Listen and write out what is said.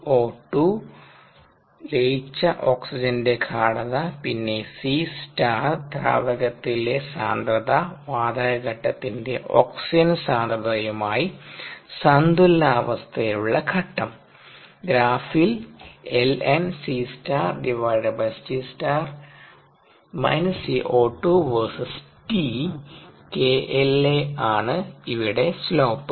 Co2 ലയിച്ച ഓക്സിജന്റെ ഗാഢത പിന്നെ 𝐶∗ ദ്രാവകത്തിലെ സാന്ദ്രത വാതകഘട്ടത്തിന്റെ ഓക്സിജൻ സാന്ദ്രതയുമായി സന്തുലനാവസ്ഥയിലുള്ള ഘട്ടം' ഗ്രാഫിൽ KLa ആണ് ഇവിടെ സ്ലോപ്